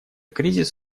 кризис